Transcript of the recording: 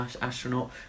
astronaut